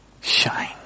shine